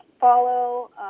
follow